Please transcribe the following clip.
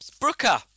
Brooker